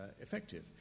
effective